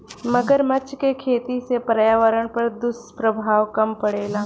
मगरमच्छ के खेती से पर्यावरण पर दुष्प्रभाव कम पड़ेला